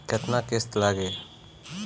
केतना किस्त लागी?